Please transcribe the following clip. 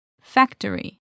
Factory